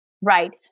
Right